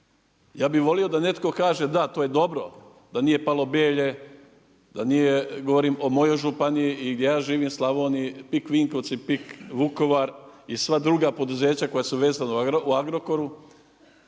ja bi volio da neko kaže da to je dobro da nije palo Belje, govorim o mojoj županiji i gdje ja živim u Slavoniji, PIK Vinkovci, PIK Vukovar i sva druga poduzeća koja su vezana u Agrokoru